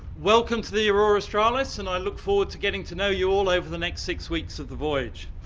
welcome to the aurora australis and i look forward to getting to know you all over the next six weeks of the voyage.